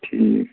ٹھیٖک